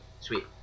Sweet